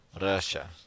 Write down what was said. Russia